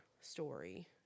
story